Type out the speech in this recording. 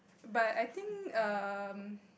but I think um